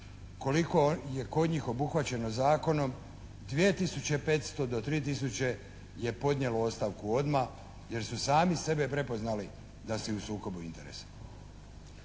koliko je kod njih obuhvaćeno zakonom, 2 tisuće 500 do 3 tisuće je podnijelo ostavku odmah jer su sami sebe prepoznali da su u sukobu interesa.